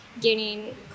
gaining